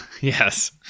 Yes